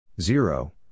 Zero